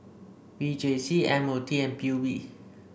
V J C M O T and P U B